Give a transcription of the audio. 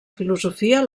filosofia